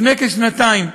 לפני כשנתיים,